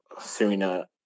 serena